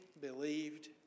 believed